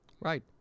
Right